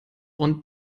und